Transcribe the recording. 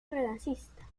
renacentista